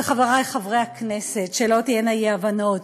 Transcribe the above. וחברי חברי הכנסת, שלא תהיינה אי-הבנות,